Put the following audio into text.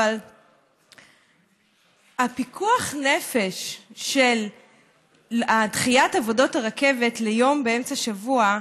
אבל הפיקוח נפש של דחיית עבודות הרכבת ליום באמצע שבוע,